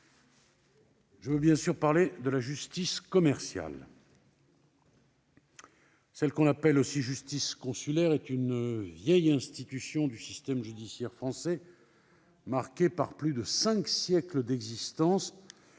je veux bien sûr parler de la justice commerciale. Ce que l'on appelle aussi « justice consulaire » est une institution du système judiciaire français vieille de plus de cinq siècles. Une telle